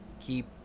keep